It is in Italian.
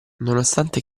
nonostante